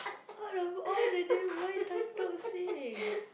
out of all the name why Tan-Tock-Seng